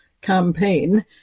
campaign